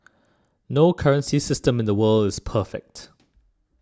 no currency system in the world is perfect